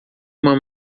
uma